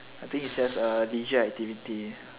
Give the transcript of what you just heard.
I think it's just a leisure activity